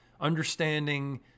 understanding